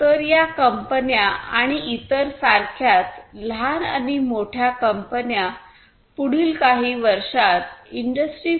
तर या कंपन्या आणि इतर सारख्याच लहान आणि मोठ्या कंपन्या पुढील काही वर्षांत इंडस्त्री 4